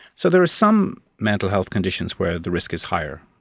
so there are some mental health conditions where the risk is higher.